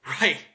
Right